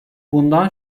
bundan